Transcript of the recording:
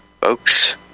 folks